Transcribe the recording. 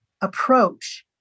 approach